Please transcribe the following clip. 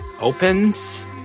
opens